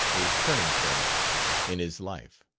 a turning-point in his life?